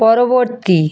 পরবর্তী